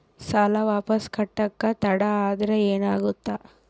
ಸಾಲ ವಾಪಸ್ ಕಟ್ಟಕ ತಡ ಆದ್ರ ಏನಾಗುತ್ತ?